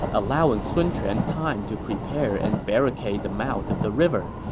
allowing sun quan time to prepare and barricade the mouth of the river,